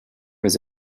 was